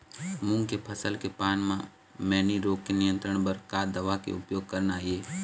मूंग के फसल के पान म मैनी रोग के नियंत्रण बर का दवा के उपयोग करना ये?